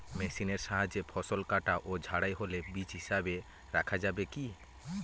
মেশিনের সাহায্যে ফসল কাটা ও ঝাড়াই হলে বীজ হিসাবে রাখা যাবে কি?